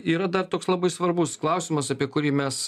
yra dar toks labai svarbus klausimas apie kurį mes